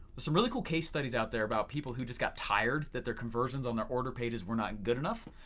but some really cool case studies out there about people who just got tired. that their conversions on their order pages were not good enough.